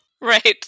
Right